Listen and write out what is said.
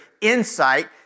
insight